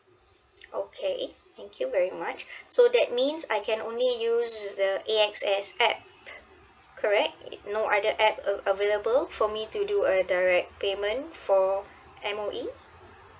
okay thank you very much so that means I can only use the A_X_S app correct no other app a~ available for me to do a direct payment for M_O_E